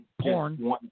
porn